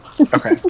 Okay